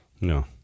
No